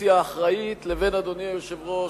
אופוזיציה אחראית לבין, אדוני היושב-ראש,